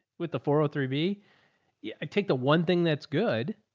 with the four oh three b yeah like take the one thing that's good.